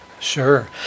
Sure